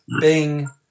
Bing